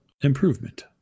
improvement